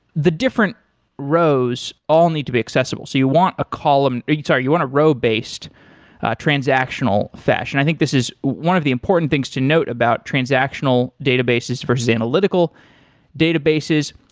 the different rows all need to be accessible. so you want a column sorry, you want a row-based transactional fashion. i think this is one of the important things to note about transactional databases versus analytical databases.